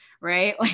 right